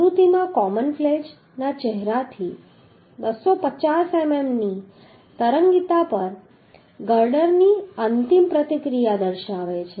આકૃતિમાં column flange ના ચહેરાથી 250 મીમી ની તરંગીતા પર ગર્ડર ની અંતિમ પ્રતિક્રિયા દર્શાવે છે